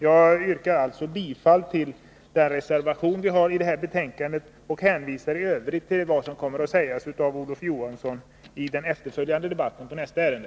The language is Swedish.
Jag yrkar bifall till den reservation som avgivits till jordbruksutskottets betänkande och hänvisar i övrigt till vad som kommer att sägas av Olof Johansson i den efterföljande debatten i nästa ärende.